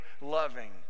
loving